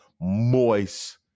moist